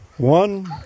One